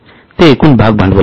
ते एकूण भाग भांडवल आहे